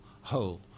whole